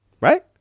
right